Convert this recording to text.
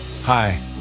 Hi